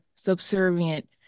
subservient